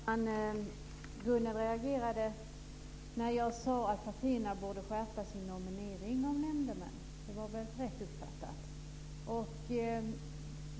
Herr talman! Gunnel reagerade när jag sade att partierna borde skärpa sig när det gäller nominering av nämndemän. Det var väl rätt uppfattat?